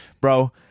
bro